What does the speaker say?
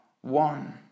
one